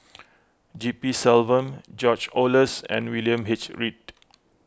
G P Selvam George Oehlers and William H Read